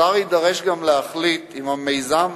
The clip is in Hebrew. השר יידרש גם להחליט אם המיזם